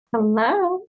Hello